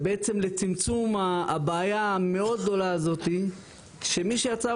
ובעצם לצמצום הבעיה המאוד גדולה הזאת שמי שיצר